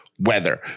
weather